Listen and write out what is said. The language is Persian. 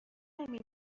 نمی